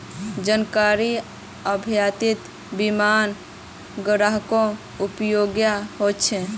जानकारीर अभाउतो बीमा ग्राहकेर दुरुपयोग ह छेक